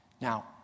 Now